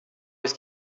ist